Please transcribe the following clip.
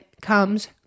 comes